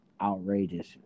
outrageous